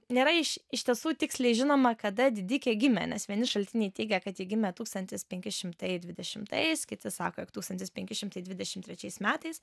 nėra iš iš tiesų tiksliai žinoma kada didikė gimė nes vieni šaltiniai teigia kad ji gimė tūkstantis penki šimtai dvidešimtais kiti sako jog tūkstantis penki šimtai dvidešim trečiais metais